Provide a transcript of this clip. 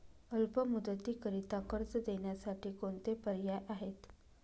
अल्प मुदतीकरीता कर्ज देण्यासाठी कोणते पर्याय आहेत?